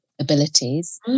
abilities